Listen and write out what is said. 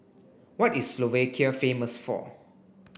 what is Slovakia famous for